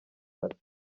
ati